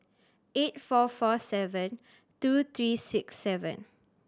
eight four four seven two three six seven